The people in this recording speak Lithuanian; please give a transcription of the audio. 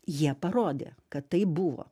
jie parodė kad tai buvo